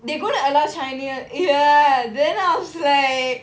they're gonna allow china ya then I was like